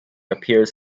appears